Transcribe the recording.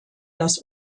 das